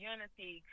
Unity